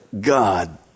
God